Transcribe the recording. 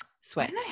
sweat